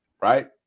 Right